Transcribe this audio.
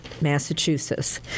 Massachusetts